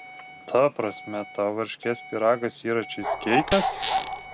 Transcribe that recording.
ta prasme tau varškės pyragas yra čyzkeikas